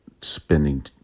spending